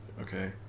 okay